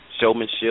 showmanship